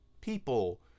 people